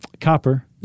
copper